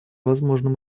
возможным